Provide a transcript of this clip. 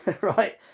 right